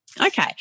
okay